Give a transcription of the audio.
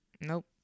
Nope